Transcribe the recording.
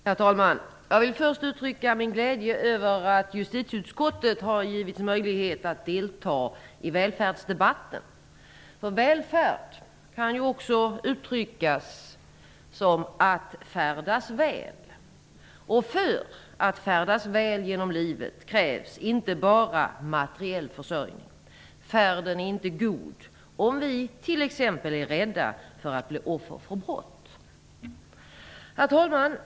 Herr talman! Jag vill först uttrycka min glädje över att justitieutskottet har givits möjlighet att delta i välfärdsdebatten. Välfärd kan ju bl.a. uttolkas som "att färdas väl", och för att färdas väl genom livet krävs inte bara materiell försörjning. Färden är inte god om vi t.ex. är rädda för att bli offer för brott. Herr talman!